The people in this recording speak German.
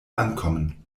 ankommen